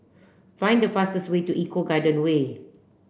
find the fastest way to Eco Garden Way